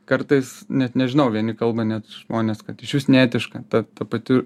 kartais net nežinau vieni kalba net žmonės kad išvis neetiška ta ta pati